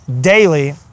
daily